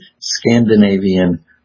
Scandinavian